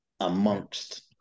Amongst